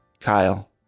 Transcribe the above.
Kyle